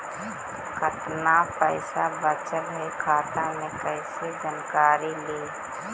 कतना पैसा बचल है खाता मे कैसे जानकारी ली?